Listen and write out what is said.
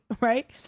right